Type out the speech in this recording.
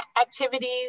activities